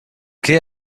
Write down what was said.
què